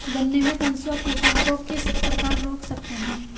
गन्ने में कंसुआ कीटों को किस प्रकार रोक सकते हैं?